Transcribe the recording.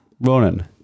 Ronan